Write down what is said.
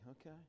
okay